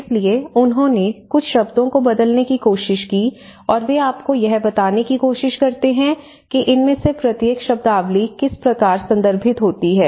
इसलिए उन्होंने कुछ शब्दों को बदलने की कोशिश की और वे आपको यह बताने की कोशिश करते हैं कि इनमें से प्रत्येक शब्दावली किस प्रकार संदर्भित होती है